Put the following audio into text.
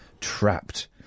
trapped